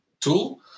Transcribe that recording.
tool